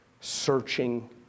searching